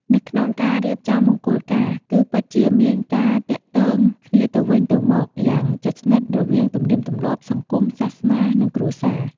នៅក្នុងការរៀបចំមង្គលការ គឺពិតជាមានការទាក់ទងគ្នាទៅវិញទៅមកយ៉ាងជិតស្និទ្ធ រវាងទំនៀមទម្លាប់ សង្គម សាសនា និងគ្រួសារ។